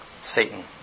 Satan